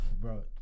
bro